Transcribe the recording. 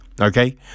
okay